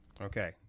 Okay